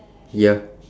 ya